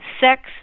sex